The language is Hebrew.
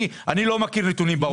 אני לא מכיר נתונים בעולם.